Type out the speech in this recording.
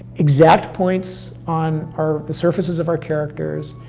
exact points on our, the surfaces of our characters,